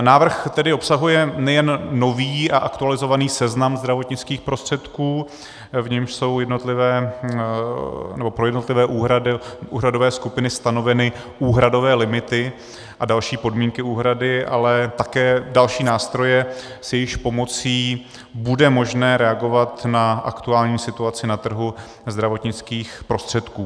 Návrh tedy obsahuje nejen nový a aktualizovaný seznam zdravotnických prostředků, v němž jsou jednotlivé... nebo pro jednotlivé úhradové skupiny stanoveny úhradové limity a další podmínky úhrady, ale také další nástroje, s jejichž pomocí bude možné reagovat na aktuální situaci na trhu zdravotnických prostředků.